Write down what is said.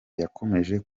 yakomeje